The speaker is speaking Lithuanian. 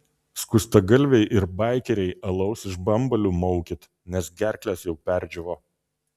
skustagalviai ir baikeriai alaus iš bambalių maukit nes gerklės jau perdžiūvo